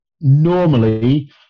normally